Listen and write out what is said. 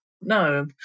No